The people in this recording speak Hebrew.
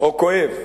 או כואב.